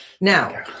Now